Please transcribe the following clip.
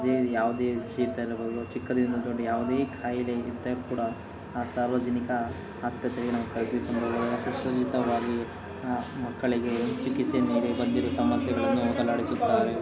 ಬೇರೆ ಯಾವುದೇ ಶೀತ ಇರಬೌದು ಚಿಕ್ಕದಿಂದ ದೊಡ್ಡ ಯಾವುದೇ ಖಾಯಿಲೆ ಇದ್ದರೂ ಕೂಡ ಆ ಸಾರ್ವಜನಿಕ ಆಸ್ಪತ್ರೆಗೆ ನಾವು ಕರೆದುಕೊಂಡು ಹೋದರೆ ಸುಸಜ್ಜಿತವಾಗಿ ಆ ಮಕ್ಕಳಿಗೆ ಚಿಕಿತ್ಸೆ ನೀಡಿ ಬಂದಿರೋ ಸಮಸ್ಯೆಗಳನ್ನು ಹೋಗಲಾಡಿಸುತ್ತಾರೆ